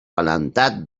plantat